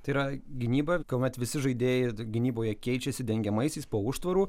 tai yra gynyba kuomet visi žaidėjai gynyboje keičiasi dengiamaisiais po užtvaru